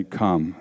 come